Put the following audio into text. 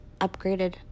upgraded